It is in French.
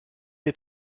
est